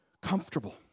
comfortable